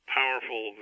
powerful